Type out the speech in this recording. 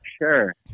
sure